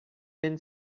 been